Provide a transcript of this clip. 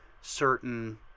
certain